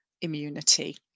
immunity